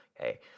Okay